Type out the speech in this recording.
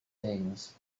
things